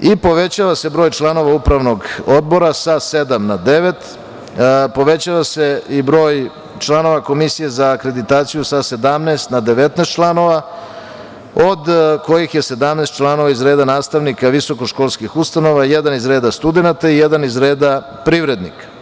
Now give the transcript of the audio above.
i povećava se broj članova Upravnog odbora sa sedam na devet, povećava se i broj članova Komisije za akreditaciju sa 17 na 19 članova od kojih je 17 članova iz reda nastavnika visokoškolskih ustanova, jedan iz reda studenata i jedan iz reda privrednika.